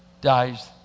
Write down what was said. dies